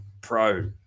pro